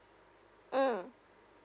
mm